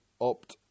opt